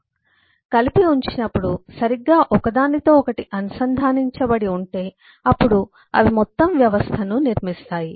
కలిసి ఉంచినప్పుడు లేదా కలిసి ఉంచినప్పుడు సరిగ్గా ఒకదానితో ఒకటి అనుసంధానించబడి ఉంటే అప్పుడు అవి మొత్తం వ్యవస్థను నిర్మిస్తాయి